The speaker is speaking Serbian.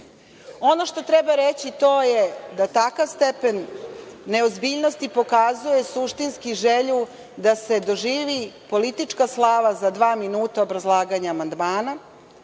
što treba reći, to je da takav stepen neozbiljnosti pokazuje suštinski želju da se doživi politička slava za dva minuta obrazlaganja amandmana